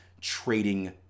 trading